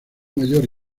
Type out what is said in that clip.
mayor